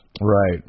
Right